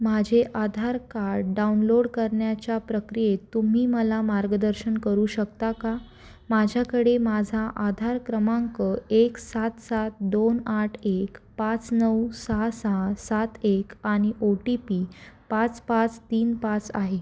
माझे Aadhaar card download करण्याच्या प्रक्रियेत तुम्ही मला मार्गदर्शन करू शकता का माझ्याकडे माझा आधार क्रमांक एक सात सात दोन आठ एक पाच नऊ सहा सहा सात एक आणि ओ टी पी पाच पाच तीन पाच आहे